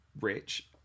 Rich